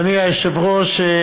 אדוני היושב-ראש,